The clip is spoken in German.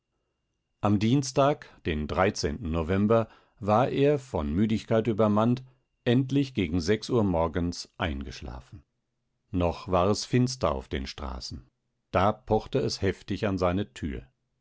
am dienstag den november war er von müdigkeit übermannt endlich gegen uhr morgens eingeschlafen noch war es finster auf den straßen da pochte es heftig an seine tür